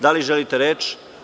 Da li želite reč?